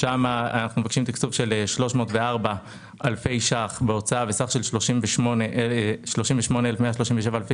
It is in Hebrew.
אנחנו מבקשים תקצוב של 304 אלפי שקלים בהוצאה וסך של 38,137 אלפי